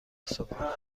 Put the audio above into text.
صبحانه